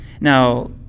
now